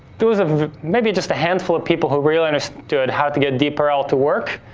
there was ah maybe just a handful of people who really understood how to get deep rl to work,